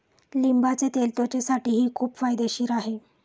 लिंबाचे तेल त्वचेसाठीही खूप फायदेशीर आहे